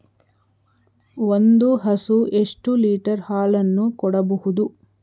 ಒಂದು ಹಸು ಎಷ್ಟು ಲೀಟರ್ ಹಾಲನ್ನು ಕೊಡಬಹುದು?